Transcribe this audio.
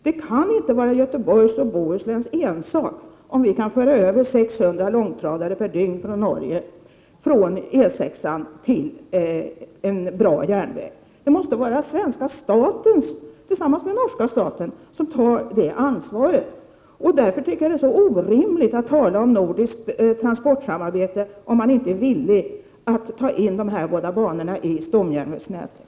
Det kan inte vara en ensak för Göteborgs och Bohus län att de 600 långtradare per dygn som nu går från Norge på E 6 förs över till en bra järnväg. Svenska och norska staten måste gemensamt ta ett ansvar i det avseendet. Det är orimligt att tala om ett nordiskt transportsamarbete, om man inte är villig att föra in de här båda banorna i stomjärnvägsnätet.